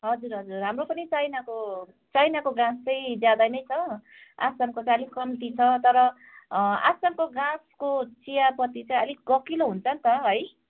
हजुर हजुर हाम्रो पनि चाइनाको चाइनाको गाँछ चाहिँ ज्यादा नै छ आसामको चाहिँ अलिक कम्ती छ तर आसामको गाँछको चियापत्ती चाहिँ अलिक गहकिलो हुन्छ नि त है